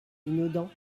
minaudant